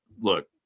look